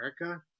America